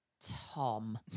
Tom